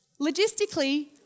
logistically